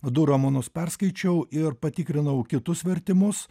du romanus perskaičiau ir patikrinau kitus vertimus